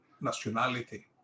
nationality